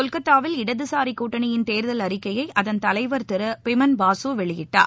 கொல்கத்தாவில் இடதுசாரி கூட்டணியின் தேர்தல் அறிக்கையை அதன் தலைவர் திரு பிமன் பாசு வெளியிட்டார்